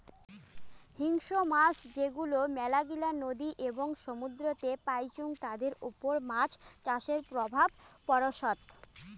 হিংস্র মাছ যেগুলো মেলাগিলা নদী এবং সমুদ্রেতে পাইচুঙ তাদের ওপর মাছ চাষের প্রভাব পড়সৎ